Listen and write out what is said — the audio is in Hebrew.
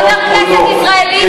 כחבר כנסת ישראלי,